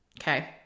okay